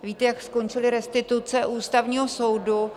Víte, jak skončily restituce u Ústavního soudu.